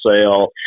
sale